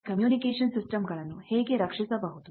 communication system ಗಳನ್ನು ಹೇಗೆ ರಕ್ಷಿಸಬಹುದು